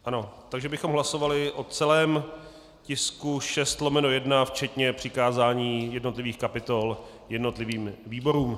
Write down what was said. Ano, takže bychom hlasovali o celém tisku 6/1 včetně přikázání jednotlivých kapitol jednotlivým výborům.